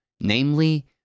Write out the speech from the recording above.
namely